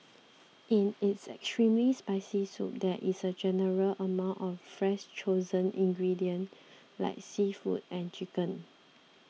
in its extremely spicy soup there is a general amount of fresh chosen ingredients like seafood and chicken